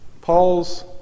Paul's